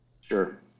Sure